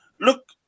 look